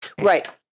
Right